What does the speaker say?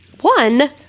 One